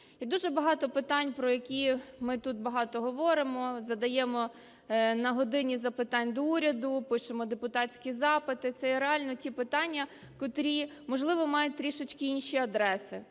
дуже багато питань, про які ми тут багато говоримо, задаємо на "годині запитань до Уряду", пишемо депутатські запити, це реально ті питання, котрі, можливо, мають трішечки інші адреси,